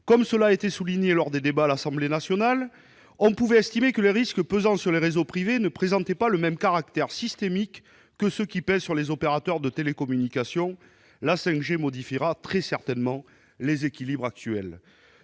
même pas aujourd'hui. Comme les débats à l'Assemblée nationale l'ont montré, si l'on peut estimer que les risques pesant sur les réseaux privés ne présentent pas le même caractère systémique que ceux qui pèsent sur les opérateurs de télécommunication, la 5G modifiera très certainement les équilibres actuels.